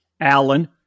Allen